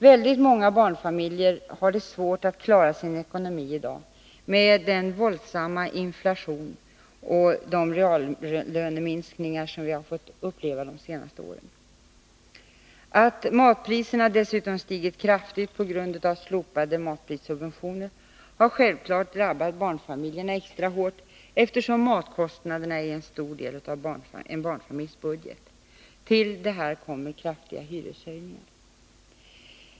Väldigt många barnfamiljer har svårt att klara sin ekonomi i dag, med den våldsamma inflation och de reallöneminskningar som vi fått uppleva de senaste åren. Att matpriserna dessutom stigit kraftigt på grund av slopade matprissubventioner har självfallet drabbat barnfamiljerna extra hårt, eftersom matkostnaderna är en stor del i en barnfamiljs budget. Till detta kommer kraftiga hyreshöjningar.